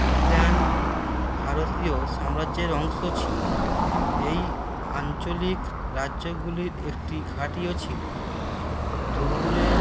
pre প্ল্যান ভারতীয় সাম্রাজ্যের অংশ ছিল এই আঞ্চলিক রাজ্যগুলির একটি ঘাঁটিও ছিল দৌড়ের